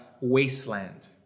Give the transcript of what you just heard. wasteland